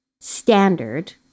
standard